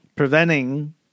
Preventing